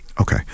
Okay